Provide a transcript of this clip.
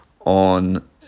on